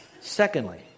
Secondly